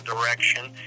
direction